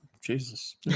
Jesus